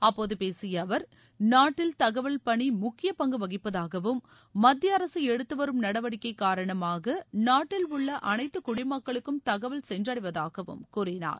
அப்போது பேசிய அவர் நாட்டில் தகவல் பணி முக்கிய பங்கு வகிப்பதாகவும் மத்திய அரசு எடுத்துவரும் நடவடிக்கை காரணமாக நாட்டில் உள்ள அனைத்து குடிமக்களுக்கும் தகவல் சென்றடைவதாகவும் கூறினார்